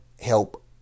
help